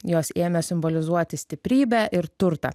jos ėmė simbolizuoti stiprybę ir turtą